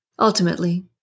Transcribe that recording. Ultimately